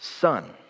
son